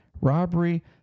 robbery